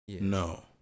No